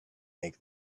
make